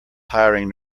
hiring